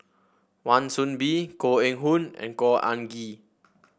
Wan Soon Bee Koh Eng Hoon and Khor Ean Ghee